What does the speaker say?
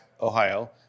Ohio